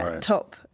top